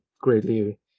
greatly